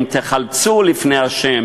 אם תחלצו לפני ה'